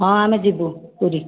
ହଁ ଆମେ ଯିବୁ ପୁରୀ